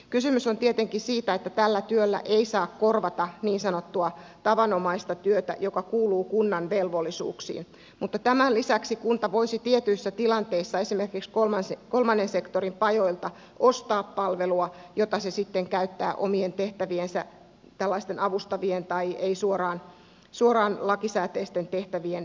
kysymys on tietenkin siitä että tällä työllä ei saa korvata niin sanottua tavanomaista työtä joka kuuluu kunnan velvollisuuksiin mutta tämän lisäksi kunta voisi tietyissä tilanteissa esimerkiksi kolmannen sektorin pajoilta ostaa palvelua jota se sitten käyttää omien tehtäviensä tällaisten avustavien tai ei suoraan lakisääteisten tehtävien tekemiseen